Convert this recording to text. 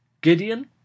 Gideon